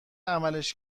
عملش